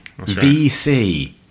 .vc